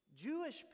Jewish